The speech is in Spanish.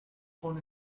con